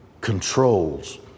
controls